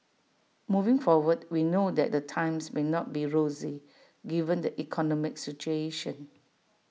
moving forward we know that the times may not be rosy given the economic situation